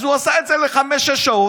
אז הוא עשה את זה לחמש-שש שעות,